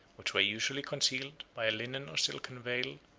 which were usually concealed, by a linen or silken veil,